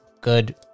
Good